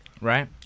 right